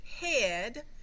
head